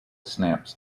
snaps